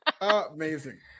Amazing